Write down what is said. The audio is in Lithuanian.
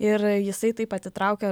ir jisai taip atitraukia